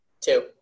two